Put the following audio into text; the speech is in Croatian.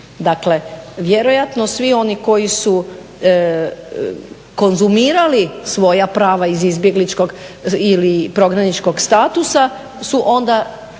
Dakle, vjerojatno svi oni koji su konzumirali svoja prava iz izbjegličkog ili prognaničkog statusa su onda